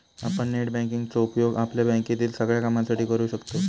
आपण net banking चो उपयोग आपल्या बँकेतील सगळ्या कामांसाठी करू शकतव